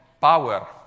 power